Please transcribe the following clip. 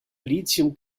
lithium